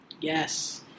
yes